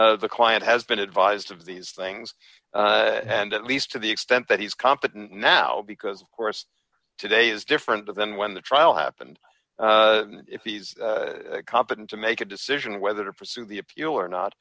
that the client has been advised of these things and at least to the extent that he's competent now because of course today is different than when the trial happened if he's competent to make a decision whether to pursue the appeal or not